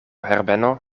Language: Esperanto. herbeno